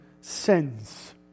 sins